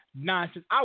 nonsense